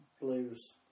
blues